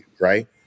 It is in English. Right